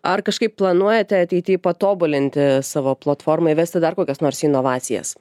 ar kažkaip planuojate ateity patobulinti savo platformą įvesti dar kokias nors inovacijas